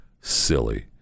silly